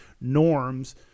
norms